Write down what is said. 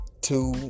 two